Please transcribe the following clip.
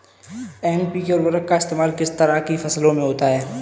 NPK उर्वरक का इस्तेमाल किस तरह की फसलों में होता है?